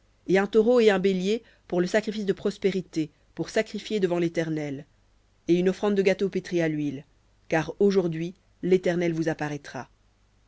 et un taureau et un bélier pour le sacrifice de prospérités pour sacrifier devant l'éternel et une offrande de gâteau pétri à l'huile car aujourd'hui l'éternel vous apparaîtra